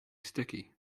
sticky